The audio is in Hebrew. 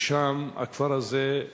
ששם, הכפר הזה,